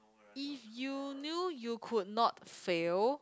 if you knew you could not fail